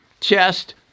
chest